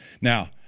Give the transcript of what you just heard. now